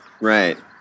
Right